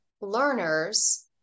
learners